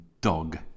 Dog